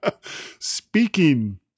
Speaking